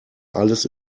alles